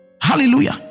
hallelujah